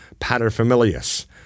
paterfamilias